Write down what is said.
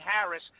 Harris